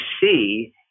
see